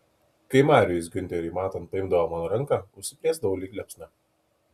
kai marijus giunteriui matant paimdavo mano ranką užsiplieksdavau lyg liepsna